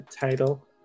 title